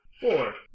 Four